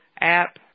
app